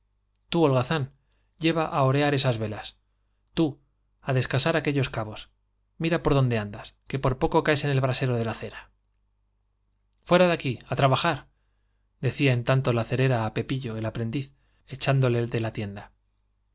tú holgazán lleva já orear esas velas tú á descascar aquellos cabos mira por dónde andas que por poco caes en el brasero de la cera i fuera de aquí i a trabajar decía en tanto la á el cerera pepillo aprendiz echándole de la tienda